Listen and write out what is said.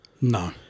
No